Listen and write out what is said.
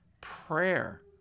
prayer